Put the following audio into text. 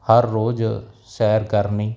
ਹਰ ਰੋਜ਼ ਸੈਰ ਕਰਨੀ